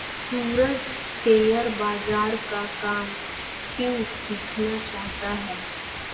सूरज share बाजार का काम क्यों सीखना चाहता है?